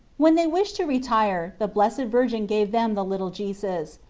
when they wished to retire the blessed virgin gave them the little jesus,